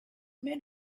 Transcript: men